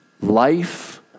Life